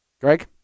greg